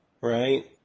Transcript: right